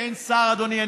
אין שר, אדוני.